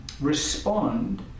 respond